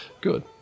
Good